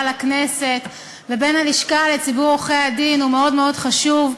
לכנסת ובין הלשכה לציבור עורכי-הדין הוא מאוד חשוב.